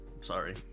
sorry